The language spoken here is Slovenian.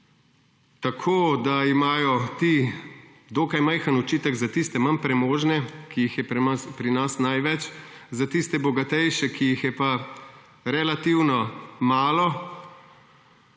tako da imajo ti dokaj majhen učinek za tiste manj premožne, ki jih je pri nas največ, za tiste bogatejše, ki jih je pa relativno malo,